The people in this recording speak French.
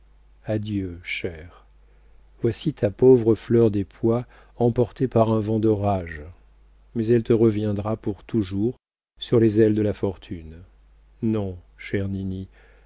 adieu chère voici ta pauvre fleur des pois emportée par un vent d'orage mais elle te reviendra pour toujours sur les ailes de la fortune non chère